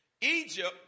Egypt